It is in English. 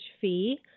fee